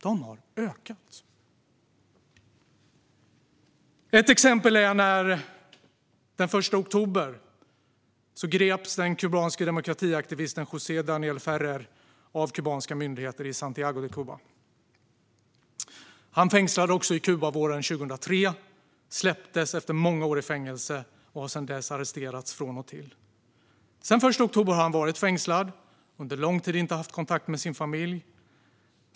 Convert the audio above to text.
Jag ska ta ett exempel. Den 1 oktober greps den kubanske demokratiaktivisten José Daniel Ferrer av kubanska myndigheter i Santiago de Cuba. Han fängslades också på Kuba våren 2003, släpptes efter många år i fängelse och har sedan dess arresterats från och till. Sedan den 1 oktober har han varit fängslad, och han har under lång tid inte haft kontakt med sin familj.